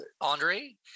Andre